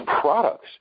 products